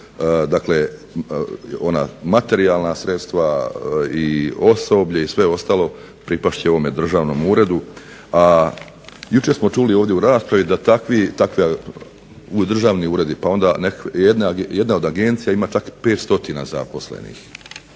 dakle ona materijalna sredstva i osoblje i sve ostalo pripast će ovom državnom uredu, a jučer smo čuli ovdje u raspravi da takvi državni uredi pa onda jedna od agencija ima čak 500 zaposlenih.